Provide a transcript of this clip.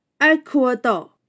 Ecuador